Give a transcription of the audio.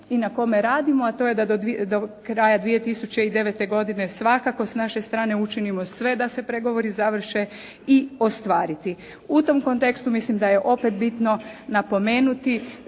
i na kome radimo, a to je da do kraja 2009. godine svakako s naše strane učinimo sve da se pregovori završe i ostvariti. U tom kontekstu mislim da je opet bitno napomenuti